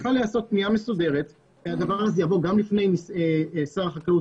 צריכה להיעשות פנייה מסודרת גם בפני שר החקלאות